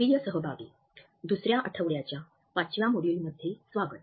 प्रिय सहभागी दुसर्या आठवड्याच्या ५ व्या मॉड्यूलमध्ये स्वागत